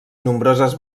nombroses